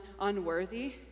unworthy